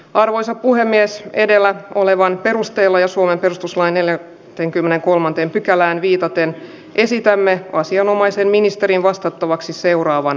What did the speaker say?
arvoisa puhemies edellä olevan perusteella ja suomen perustuslain eli renkinä kolmanteen pykälään viitaten esitämme asianomaisen ministerin vastattavaksi seuraavan